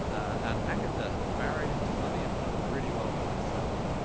and agatha has married into money and done really well for herself.